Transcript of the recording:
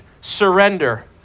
surrender